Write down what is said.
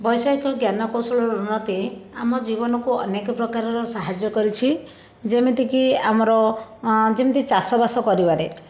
ବୈଷୟିକ ଜ୍ଞାନ କୌଶଳର ଉନ୍ନତି ଆମ ଜୀବନକୁ ଅନେକ ପ୍ରକାରର ସାହାଯ୍ୟ କରିଛି ଯେମିତି କି ଆମର ଅ ଯେମିତି ଚାଷ ବାସ କରିବାରେ